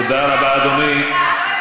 תודה רבה, אדוני.